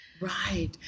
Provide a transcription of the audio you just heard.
Right